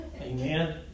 Amen